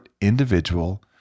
individual